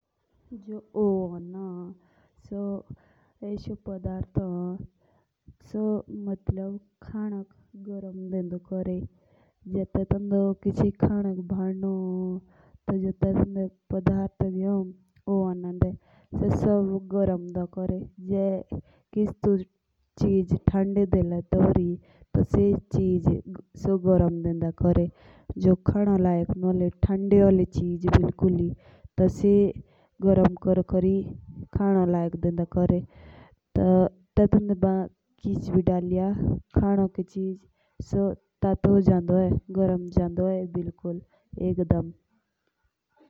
जो ओवन होन सो एसो पदारथ होन जो खानोक गरम डेंडो कोरी जे टेंडो किचे खानो भानो होन तो जो ओवंडे पदारथ बी होन सो टेटुक गरम देओन कोरी। जो कुंजी चिज खानो लयोक नू होली तो सो तेटुक खानो लेक डेंडो भनी.बा तेंदो किच भी दलिया तेंदो एसबी गरम जांदो होई।